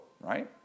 right